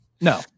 No